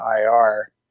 IR